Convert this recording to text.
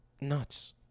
Nuts